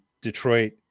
Detroit